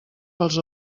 pels